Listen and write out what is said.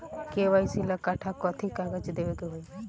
KYC ला कट्ठा कथी कागज देवे के होई?